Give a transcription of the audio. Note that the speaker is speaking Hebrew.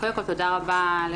קודם כל תודה רבה לכולן,